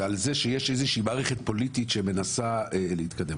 ועל זה שיש איזושהי מערכת פוליטית שמנסה להתקדם.